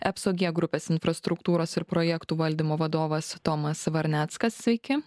epso g grupės infrastruktūros ir projektų valdymo vadovas tomas varneckas sveiki